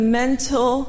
mental